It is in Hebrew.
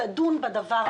תדון בדבר הזה.